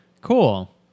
Cool